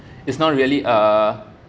it's not really uh